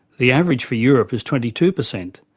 the average for europe is twenty two percent,